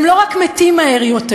הם לא רק מתים מהר יותר